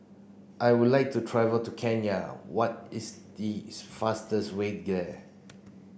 I would like to travel to Kenya what is the fastest way there